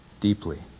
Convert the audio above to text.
deeply